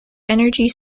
energy